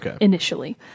initially